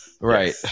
right